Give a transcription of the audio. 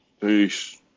peace